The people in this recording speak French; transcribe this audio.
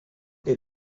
est